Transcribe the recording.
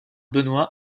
benoît